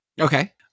Okay